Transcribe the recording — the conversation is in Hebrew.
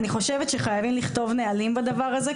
אני חושבת שחייבים לכתוב נהלים בדבר הזה,